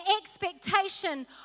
expectation